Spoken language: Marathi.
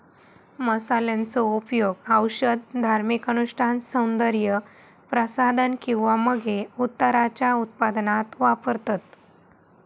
मसाल्यांचो उपयोग औषध, धार्मिक अनुष्ठान, सौन्दर्य प्रसाधन किंवा मगे उत्तराच्या उत्पादनात वापरतत